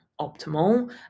optimal